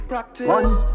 Practice